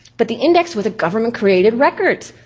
but the index was a government created record,